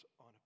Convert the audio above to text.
on